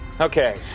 Okay